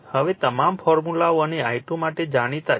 હવે તમામ ફોર્મ્યુલાઓ અને I2 માટે જાણીતા 0